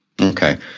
okay